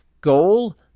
goal